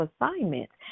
assignments